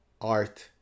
art